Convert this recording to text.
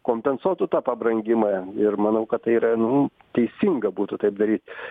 kompensuotų tą pabrangimą ir manau kad tai yra nu teisinga būtų taip daryt